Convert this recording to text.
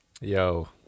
Yo